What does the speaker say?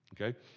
okay